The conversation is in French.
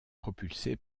propulsé